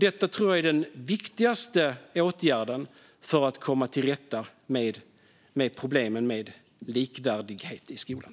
Detta tror jag är den viktigaste åtgärden för att komma till rätta med likvärdighetsproblemet i skolan.